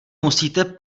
musíte